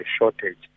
shortage